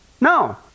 No